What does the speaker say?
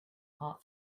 heart